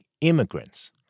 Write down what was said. immigrants